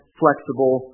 flexible